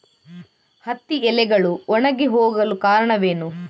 ಹತ್ತಿ ಎಲೆಗಳು ಒಣಗಿ ಹೋಗಲು ಕಾರಣವೇನು?